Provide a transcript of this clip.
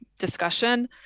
discussion